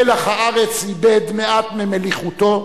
מלח הארץ איבד מעט ממליחותו,